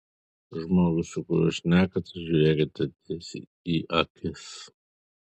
žmogui su kuriuo šnekate žiūrėkite tiesiai į akis